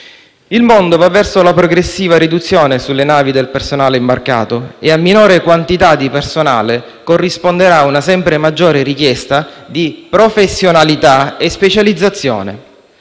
Il mondo va verso la progressiva riduzione del personale imbarcato sulle navi e a minore quantità di personale corrisponderà una sempre maggiore richiesta di professionalità e specializzazione.